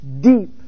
deep